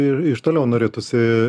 ir iš toliau norėtųsi